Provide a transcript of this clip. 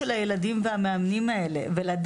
יכול להיות שהאתר מהמם ובשבילי הוא נגיש,